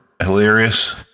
hilarious